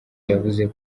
yavuze